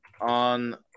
on